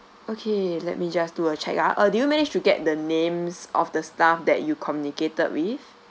okay let me just do a check ah uh do you manage to get the names of the staff that you communicated with